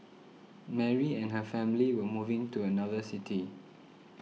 Mary and her family were moving to another city